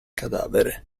cadavere